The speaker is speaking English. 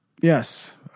Yes